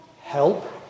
help